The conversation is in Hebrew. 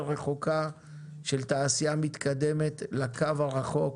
רחוקה של תעשייה מתקדמת לקו הרחוק,